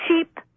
cheap